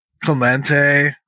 Clemente